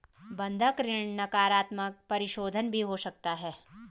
बंधक ऋण नकारात्मक परिशोधन भी हो सकता है